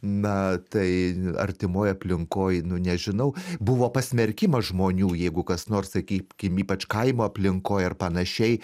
na tai artimoj aplinkoj nu nežinau buvo pasmerkimas žmonių jeigu kas nors sakykim ypač kaimo aplinkoj ar panašiai